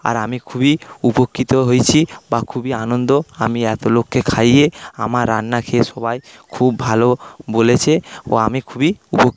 আর আমি খুবই উপকৃত হয়েছি বা খুবই আনন্দ আমি এতো লোককে খাইয়ে আমার রান্না খেয়ে সবাই খুব ভালো বলেছে ও আমি খুবই উপকৃত